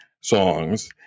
songs